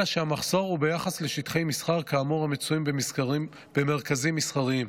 אלא שהמחסור הוא ביחס לשטחי מסחר כאמור המצויים במרכזים מסחריים.